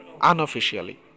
unofficially